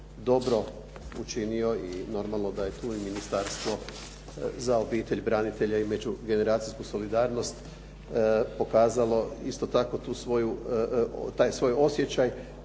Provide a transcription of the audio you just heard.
dobro učinio i normalno da je tu i Ministarstvo za obitelj, branitelje i međugeneracijsku solidarnost pokazalo isto tako taj svoj osjećaj